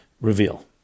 reveal